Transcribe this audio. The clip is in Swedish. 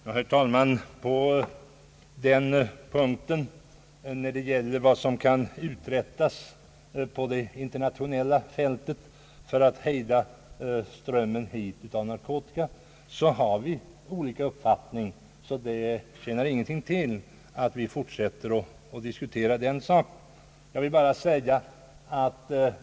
Herr talman! När det gäller vad som kan uträttas på det internationella fältet för att hejda narkotikaströmmen hit har vi olika uppfattningar. Det tjänar ingenting till att vi fortsätter att diskutera den saken.